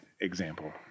Example